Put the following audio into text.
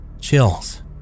chills